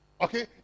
Okay